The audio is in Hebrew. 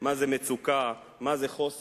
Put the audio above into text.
מה זה מצוקה, מה זה חוסר.